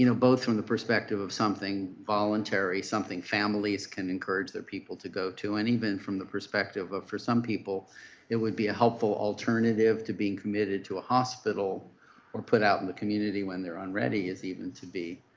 you know both from the perspective of something voluntary, something families can encourage their people to go to and even from the perspective of for some people it would be a helpful alternative to being committed to a hospital or put out in the community when they are unready is even to be